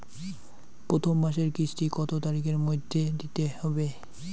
প্রথম মাসের কিস্তি কত তারিখের মধ্যেই দিতে হবে?